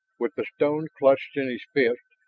with the stone clenched in his fist,